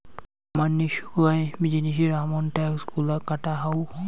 মাঙনি সোগায় জিনিসের আমন ট্যাক্স গুলা কাটা হউ